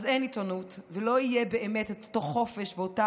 אז אין עיתונות ולא יהיו באמת אותו חופש ואותה